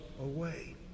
away